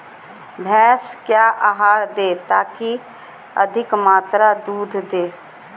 भैंस क्या आहार दे ताकि अधिक मात्रा दूध दे?